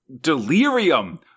delirium